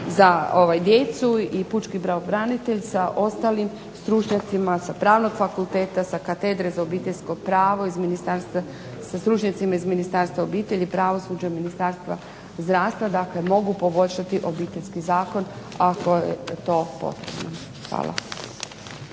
za djecu i pučki pravobranitelj sa ostalim stručnjacima sa Pravnog fakulteta, sa Katedre za obiteljsko pravo, sa stručnjacima iz Ministarstva obitelji, pravosuđa, Ministarstva zdravstva. Dakle, mogu poboljšati Obiteljski zakon ako je to potrebno. Hvala.